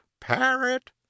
Parrot